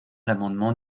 l’amendement